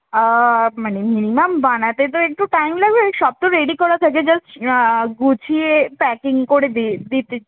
মানে মিনিমাম বানাতে তো একটু টাইম লাগবে ওই সব তো রেডি করা থাকে জাস্ট গুছিয়ে প্যাকিং করে দিয়ে দিতে